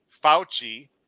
Fauci